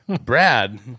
Brad